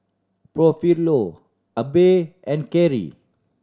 Porfirio Abbey and Kerri